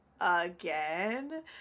again